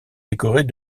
décorés